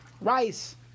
rice